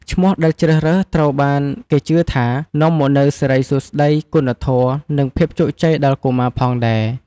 ឈ្មោះដែលជ្រើសរើស ត្រូវបានគេជឿថា នាំមកនូវសិរីសួស្តី គុណធម៌ និងភាពជោគជ័យដល់កុមារផងដែរ។